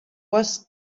was